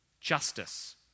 justice